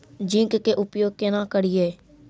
Zinc के उपयोग केना करये?